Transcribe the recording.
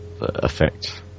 effect